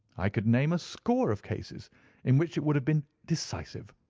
i could name a score of cases in which it would have been decisive.